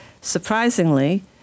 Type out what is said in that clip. Surprisingly